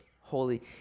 holy